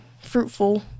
fruitful